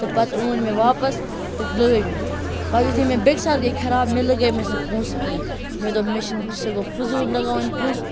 تہٕ پَتہٕ ٲنۍ مےٚ واپَس تہٕ لٲج مےٚ پَتہٕ یُتھٕے مےٚ بیٚکہِ ساتہٕ گٔے خراب مےٚ لگٲیمَس نہٕ پونٛسہٕ کِہیٖنۍ مےٚ دوٚپ مےٚ چھٕنہٕ سُہ گوٚو فُضوٗل لگاوٕنۍ پونٛسہٕ